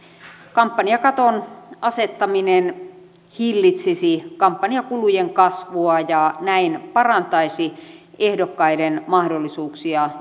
kampanjakaton asettaminen hillitsisi kampanjakulujen kasvua ja näin parantaisi ehdokkaiden mahdollisuuksia